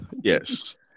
Yes